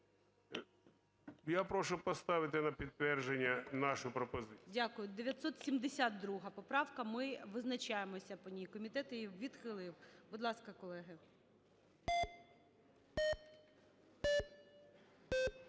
Я прошу поставити на підтвердження нашу пропозицію. ГОЛОВУЮЧИЙ. Дякую. 972 поправка. Ми визначаємося по ній. Комітет її відхилив. Будь ласка, колеги.